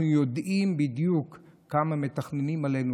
אנחנו יודעים בדיוק כמה מתכננים עלינו